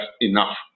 enough